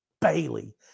Bailey